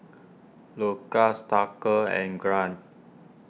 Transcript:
Lukas Tucker and Grant